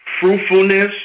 fruitfulness